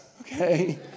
okay